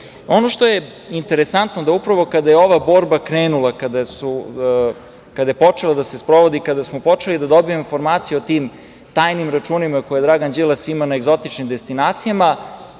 što je interesantno, kada je ova borba krenula, kada je počela da se sprovodi, kada smo počeli da dobijamo informacije o tim tajnim računima koje Dragan Đilas ima na egzotičnim destinacijama,